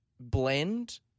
blend